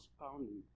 pounding